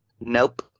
Nope